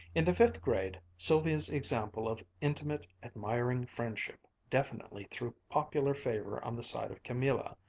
in the fifth grade, sylvia's example of intimate, admiring friendship definitely threw popular favor on the side of camilla,